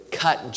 cut